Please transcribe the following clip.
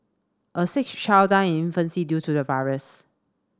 a sixth child died in infancy due to the virus